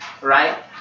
right